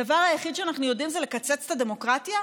הדבר היחיד שאנחנו יודעים זה לקצץ את הדמוקרטיה,